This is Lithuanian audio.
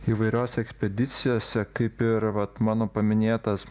įvairiose ekspedicijose kaip ir vat mano paminėtas